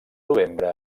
novembre